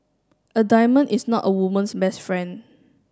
a diamond is not a woman's best friend